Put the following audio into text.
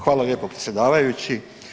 Hvala lijepo predsjedavajući.